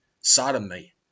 sodomy